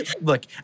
look